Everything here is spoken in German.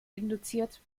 induziert